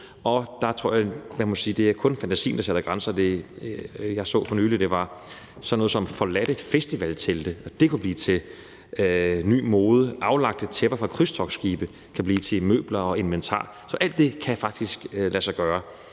og der tror jeg, jeg må sige, at det kun er fantasien, der sætter grænser. Jeg så for nylig, at sådan noget som forladte festivaltelte kan blive til ny mode. Aflagte tæpper fra krydstogtskibe kan blive til møbler og inventar, så alt det kan faktisk lade sig gøre.